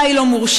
אולי לא מורשית,